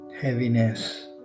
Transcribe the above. heaviness